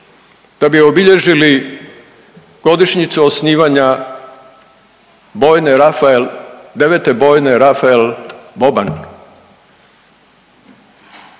da bi obilježili godišnjicu osnivanja bojne Rafael,